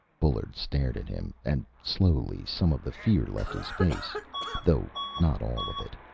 bullard stared at him, and slowly some of the fear left his face though not all of it.